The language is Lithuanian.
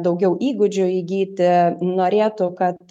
daugiau įgūdžių įgyti norėtų kad